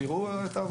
שיראו את העבודה.